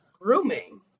grooming